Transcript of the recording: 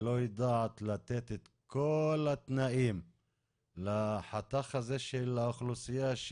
לא יודעת לתת את כל התנאים לחתך הזה של האוכלוסייה,